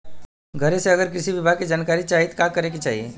घरे से अगर कृषि विभाग के जानकारी चाहीत का करे के चाही?